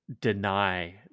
deny